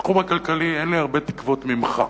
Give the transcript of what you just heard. בתחום הכלכלי אין לי הרבה תקוות ממך.